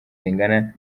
zingana